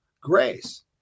grace